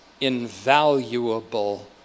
invaluable